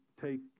take